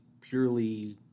purely